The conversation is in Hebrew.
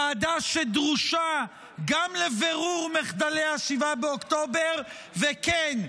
ועדה שדרושה גם לבירור מחדלי 7 באוקטובר וכן,